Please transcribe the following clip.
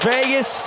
Vegas